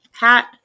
hat